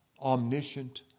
omniscient